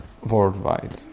worldwide